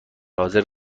حاضر